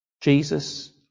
Jesus